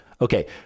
Okay